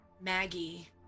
Maggie